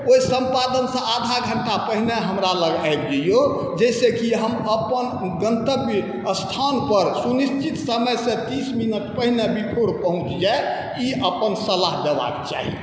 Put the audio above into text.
ओहि सम्पादनसँ आधा घण्टा पहिने हमरालग आबि जइऔ जाहिसँ कि हम अपन गन्तव्य स्थानपर सुनिश्चित समयसँ तीस मिनट पहिने बिफोर पहुँचि जाइ ई अपन सलाह देबाक चाही